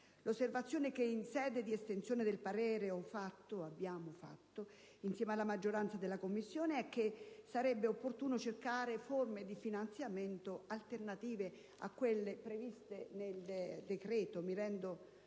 L'osservazione che, in sede di estensione del parere, ho fatto insieme alla maggioranza della Commissione è stata che sarebbe opportuno cercare forme di finanziamento alternative a quelle previste nel decreto. Credo